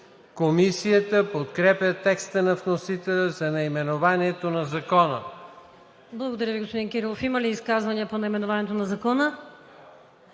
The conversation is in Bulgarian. Комисията подкрепя текста на вносителя за наименованието на Закона.